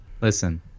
Listen